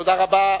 תודה רבה.